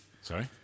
Sorry